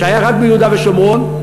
שהיה רק ביהודה ושומרון,